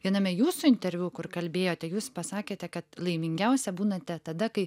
viename jūsų interviu kur kalbėjote jūs pasakėte kad laimingiausia būnate tada kai